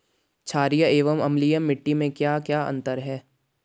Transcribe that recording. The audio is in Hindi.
छारीय एवं अम्लीय मिट्टी में क्या क्या अंतर हैं?